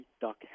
Duck